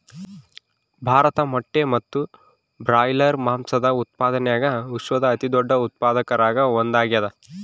ಭಾರತ ಮೊಟ್ಟೆ ಮತ್ತು ಬ್ರಾಯ್ಲರ್ ಮಾಂಸದ ಉತ್ಪಾದನ್ಯಾಗ ವಿಶ್ವದ ಅತಿದೊಡ್ಡ ಉತ್ಪಾದಕರಾಗ ಒಂದಾಗ್ಯಾದ